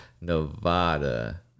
Nevada